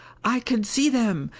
i can see them!